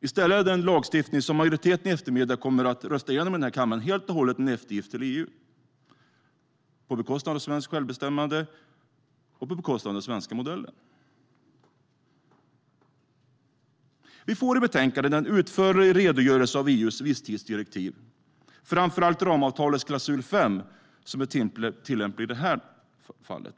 Den lagstiftning som majoriteten i den här kammaren kommer att rösta igenom i eftermiddag är i stället helt och hållet en eftergift till EU, på bekostnad av svenskt självbestämmande och på bekostnad av den svenska modellen. Vi får i betänkandet en utförlig redogörelse av EU:s visstidsdirektiv, framför allt ramavtalets klausul 5 som är tillämplig i det här fallet.